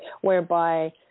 whereby